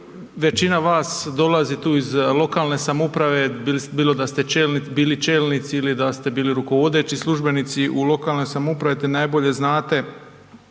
većina vas dolazi tu iz lokalne samouprave, bilo da ste bili čelnici ili da ste bili rukovodeći službenici u lokalnoj samoupravi te najbolje znate